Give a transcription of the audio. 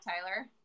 Tyler